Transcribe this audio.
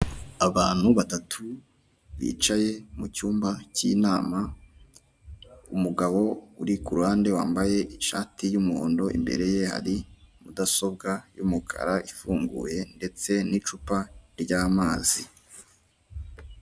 Abantu batatu bicaye mucyumba k'inama umugabo uri kuruhande wambaye ishati y'umuhondo, imbere ye hari mudasobwa y'umukara ifunguye ndetse nicupa ry'amazi.